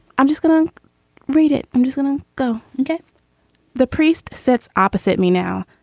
i'm just gonna read it. i'm just gonna go get the priest sits opposite me now.